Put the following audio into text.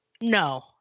No